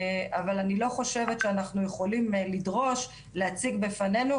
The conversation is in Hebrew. אבל אני לא חושבת שאנחנו יכולים לדרוש להציג בפנינו,